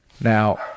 Now